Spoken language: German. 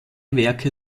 werke